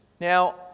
now